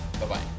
Bye-bye